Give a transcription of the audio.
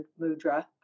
mudra